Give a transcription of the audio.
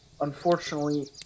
Unfortunately